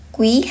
Quý